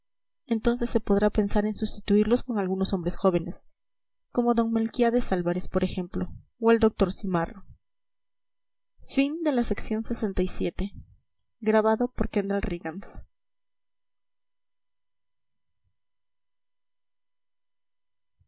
entonces se podrá pensar en sustituirlos con algunos hombres jóvenes como d melquiades alvarez por ejemplo o el doctor simarro vii un